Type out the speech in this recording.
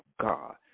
God